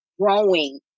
growing